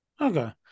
Okay